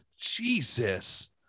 Jesus